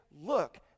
look